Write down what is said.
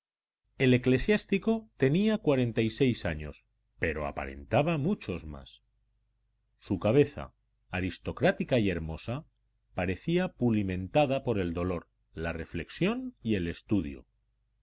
el eclesiástico tenía cuarenta y seis años pero aparentaba muchos más su cabeza aristocrática y hermosa parecía pulimentada por el dolor la reflexión y el estudio